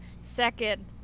second